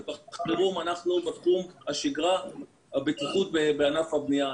ובחירום אנחנו גם בתחום השגרה שהוא הבטיחות בענף הבנייה.